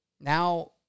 Now